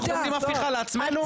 אנחנו עושים הפיכה לעצמנו?